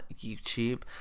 YouTube